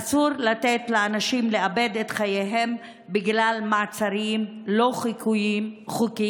אסור לתת לאנשים לאבד את חייהם בגלל מעצרים לא חוקיים,